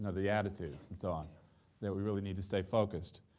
ah the attitudes and so on that we really need to stay focused.